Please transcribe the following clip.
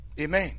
Amen